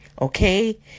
okay